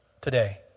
today